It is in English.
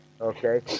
Okay